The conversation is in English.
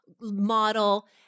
Model